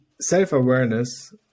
self-awareness